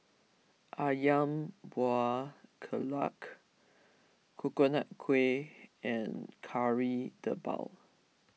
Ayam Buah Keluak Coconut Kuih and Kari Debal